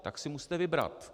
Tak si musíte vybrat.